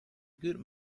good